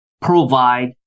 provide